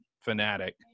fanatic